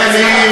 תן לי.